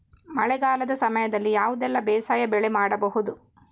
ಮಳೆಗಾಲದ ಸಮಯದಲ್ಲಿ ಯಾವುದೆಲ್ಲ ಬೇಸಾಯ ಬೆಳೆ ಮಾಡಬಹುದು?